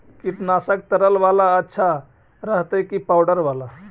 कीटनाशक तरल बाला अच्छा रहतै कि पाउडर बाला?